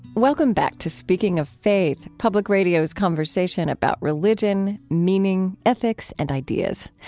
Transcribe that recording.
welcome back to speaking of faith, public radio's conversation about religion, meaning, ethics, and ideas.